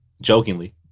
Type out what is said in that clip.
Jokingly